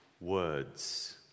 words